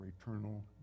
eternal